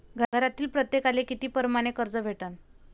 घरातील प्रत्येकाले किती परमाने कर्ज भेटन?